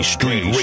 Street